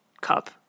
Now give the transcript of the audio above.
cup